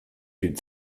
viel